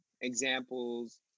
examples